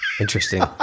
Interesting